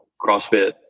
CrossFit